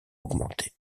augmenté